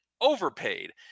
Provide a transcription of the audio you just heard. overpaid